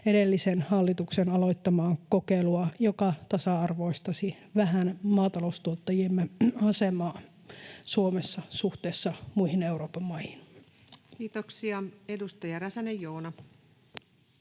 edellisen hallituksen aloittamaa kokeilua, joka tasa-arvoistaisi vähän maataloustuottajiemme asemaa Suomessa suhteessa muihin Euroopan maihin. [Speech 159] Speaker: